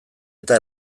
eta